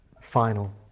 final